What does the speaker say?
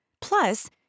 Plus